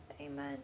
Amen